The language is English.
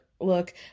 look